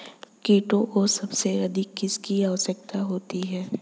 कीटों को सबसे अधिक किसकी आवश्यकता होती है?